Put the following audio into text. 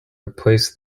replace